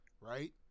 right